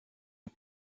est